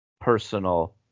personal